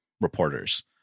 reporters